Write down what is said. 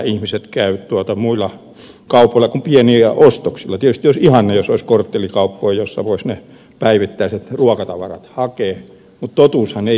tietysti olisi ihanne jos olisi korttelikauppoja joista voisi ne päivittäiset ruokatavarat hakea mutta totuushan ei ole se